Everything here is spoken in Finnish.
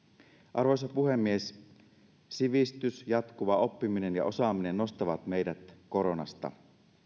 arvoisa puhemies sivistys jatkuva oppiminen ja osaaminen nostavat meidät koronasta